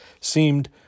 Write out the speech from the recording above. seemed